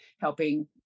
helping